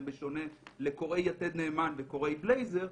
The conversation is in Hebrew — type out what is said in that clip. בשונה לקוראי "יתד נאמן" ולקוראי "בלייזר",